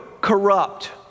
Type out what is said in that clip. corrupt